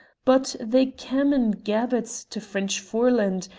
but they cam' in gabbarts to french foreland,